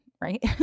Right